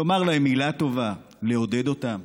לומר להם מילה טובה, לעודד אותם,